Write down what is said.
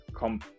come